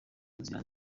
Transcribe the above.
nzira